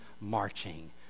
marching